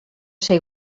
ser